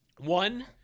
one